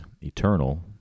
eternal